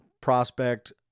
prospect